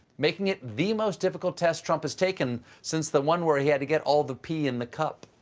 making it the most difficult test trump has taken since the one where he had to get all the pee in the cup.